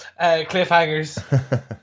cliffhangers